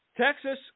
Texas